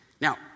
Now